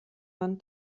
man